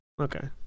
Okay